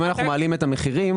אם אנחנו מעלים את המחירים,